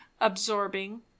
absorbing